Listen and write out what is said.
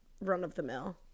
run-of-the-mill